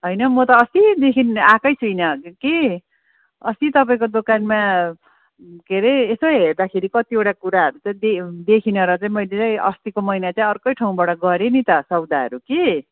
होइन हौ म त अस्तिदेखि आएकै छुइनँ कि अस्ति तपाईँको दोकानमा के अरे यसो हेर्दाखेरि कतिवटा कुराहरू चाहिँ दे देखिनँ र चाहिँ मैले अस्तिको महिना चाहिँ अर्कै ठाउँबाट गरेँ नि त सौदाहरू कि